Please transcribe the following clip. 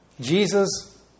Jesus